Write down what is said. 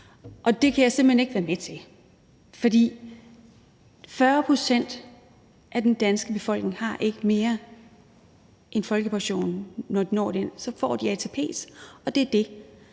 Og det kan jeg simpelt hen ikke være med til. For 40 pct. af den danske befolkning har ikke mere end folkepensionen, når de når dertil. Så får de ATP, og det er det.